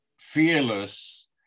fearless